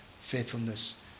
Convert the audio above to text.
faithfulness